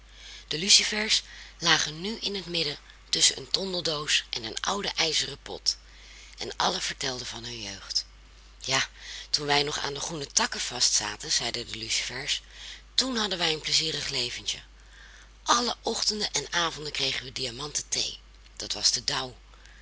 de lucifers lagen nu in het midden tusschen een tondeldoos en een ouden ijzeren pot en allen vertelden van hun jeugd ja toen wij nog aan de groene takken vastzaten zeiden de lucifers toen hadden wij een plezierig leventje alle ochtenden en avonden kregen we diamanten thee dat was de dauw